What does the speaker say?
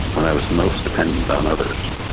when i was most dependent on others.